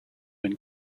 been